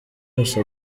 wese